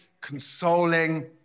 consoling